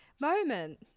moment